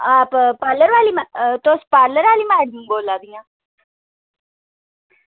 आप parlour वाली मैड तुस पार्लर आह्ली मैडम बोला दियां